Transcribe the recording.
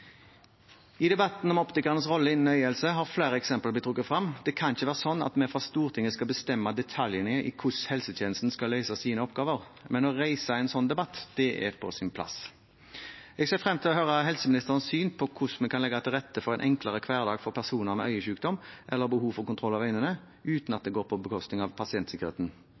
I debatten om optikernes rolle innen øyehelse er flere eksempler blitt trukket frem. Det kan ikke være sånn at vi fra Stortinget skal bestemme detaljene i hvordan helsetjenesten skal løse sine oppgaver, men å reise enn sånn debatt er på sin plass. Jeg ser frem til å høre helseministerens syn på hvordan vi kan legge til rette for en enklere hverdag for personer med øyesykdom eller behov for kontroll av øynene – uten at det går på bekostning av pasientsikkerheten.